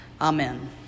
Amen